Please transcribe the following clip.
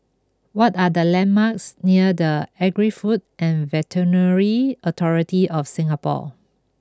what are the landmarks near the Agri Food and Veterinary Authority of Singapore